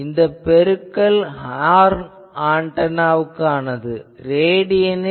இந்த பெருக்கல் ஹார்ன் ஆன்டெனாவுக்கானது ரேடியனில்